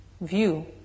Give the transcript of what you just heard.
view